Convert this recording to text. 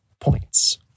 points